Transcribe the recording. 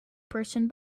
person